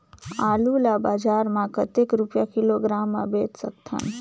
आलू ला बजार मां कतेक रुपिया किलोग्राम म बेच सकथन?